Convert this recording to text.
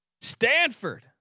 Stanford